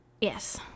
Yes